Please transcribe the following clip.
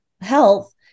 health